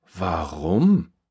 Warum